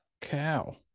cow